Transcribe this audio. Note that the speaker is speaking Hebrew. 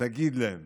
תגיד להם